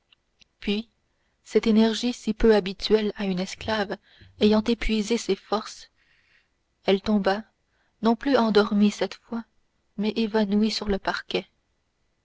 puis cette énergie si peu habituelle à une esclave ayant épuisé ses forces elle tomba non plus endormie cette fois mais évanouie sur le parquet